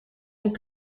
een